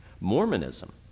Mormonism